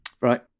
Right